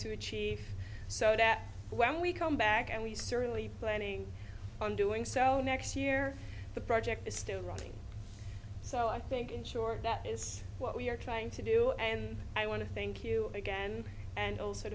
to achieve so that when we come back and we certainly planning on doing so next year the project is still running so i think in short that is what we are trying to do and i want to thank you again and also